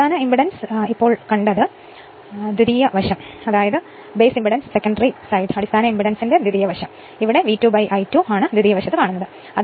അടിസ്ഥാന ഇംപെഡൻസ് ഞങ്ങൾ ഇപ്പോൾ കണ്ടത് അടിസ്ഥാന ഇംപെഡൻസ് ദ്വിതീയ വശം ഇത് ദ്വിതീയ വശത്ത് V2 I2 ആണ്